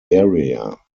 area